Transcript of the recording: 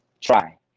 try